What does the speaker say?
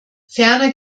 ferner